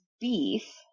beef